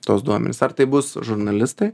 tuos duomenis ar tai bus žurnalistai